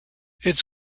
its